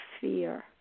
fear